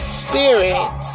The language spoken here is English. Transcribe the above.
spirit